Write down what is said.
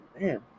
Man